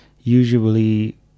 usually